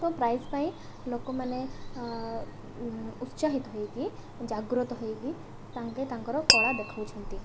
ତ ପ୍ରାଇଜ୍ ପାଇଁ ଲୋକମାନେ ଉତ୍ସାହିତ ହୋଇକି ଜାଗ୍ରତ ହୋଇକି ତାଙ୍କେ ତାଙ୍କର କଳା ଦେଖଉଛନ୍ତି